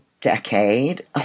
decade